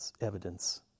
evidence